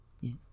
Yes